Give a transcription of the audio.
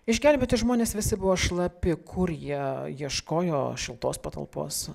išgelbėti žmonės visi buvo šlapi kur jie ieškojo šiltos patalpos